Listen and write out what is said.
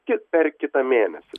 tik per kitą mėnesį